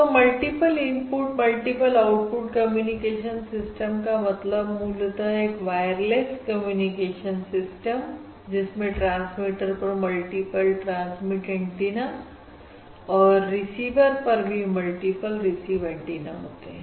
तो multiple input multiple output communication system का मतलब मूलतः एक वायरलेस कम्युनिकेशन सिस्टम जिसमें ट्रांसमीटर पर मल्टीपल ट्रांसमिट एंटीना और रिसीवर पर भी मल्टीपल रिसीव एंटीना होते हैं